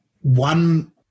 one